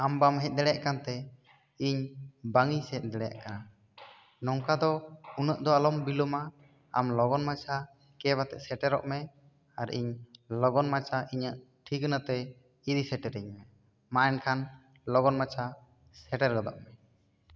ᱟᱢ ᱵᱟᱢ ᱦᱮᱡ ᱫᱟᱲᱮᱭᱟᱜ ᱠᱟᱱ ᱛᱮ ᱤᱧ ᱵᱟᱹᱧ ᱥᱮᱱ ᱫᱟᱲᱮᱭᱟᱜ ᱠᱟᱱᱟ ᱱᱚᱝᱠᱟ ᱫᱚ ᱩᱱᱟᱹᱜ ᱫᱚ ᱟᱞᱚᱢ ᱵᱤᱞᱚᱢᱟ ᱟᱢ ᱞᱚᱜᱚᱱ ᱢᱟᱪᱷᱟ ᱠᱮᱵ ᱟᱛᱮ ᱥᱮᱴᱮᱨᱚᱜ ᱢᱮ ᱟᱨ ᱤᱧ ᱞᱚᱜᱚᱱ ᱢᱟᱪᱷᱟ ᱤᱧᱟᱹᱜ ᱴᱷᱤᱠᱱᱟ ᱛᱮ ᱤᱫᱤ ᱥᱮᱴᱮᱨᱤᱧ ᱢᱮ ᱢᱟ ᱮᱱᱠᱷᱟᱱ ᱞᱚᱜᱚᱱ ᱢᱟᱪᱷᱟ ᱥᱮᱴᱮᱨ ᱜᱚᱫᱚᱜ ᱢᱮ